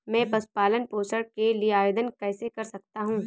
मैं पशु पालन पोषण के लिए आवेदन कैसे कर सकता हूँ?